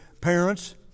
parents